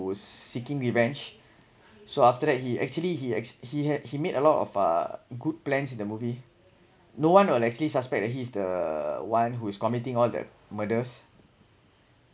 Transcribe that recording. was seeking revenge so after that he actually he he had he made a lot of uh good plans in the movie no one will actually suspect the he's the one who is committing all the murders